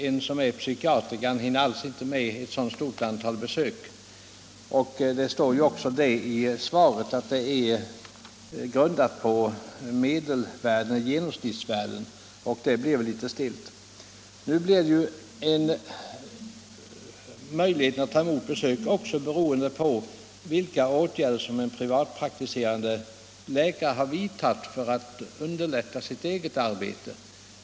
En psykiater hinner inte med ett så stort antal besök. Det står också i svaret att antalet grundas på genomsnittsvärden och det blev ju litet stelt. Nu är möjligheten att ta emot besök också beroende av vilka åtgärder en privatpraktiserande läkare har vidtagit för att underlätta sitt eget arbete.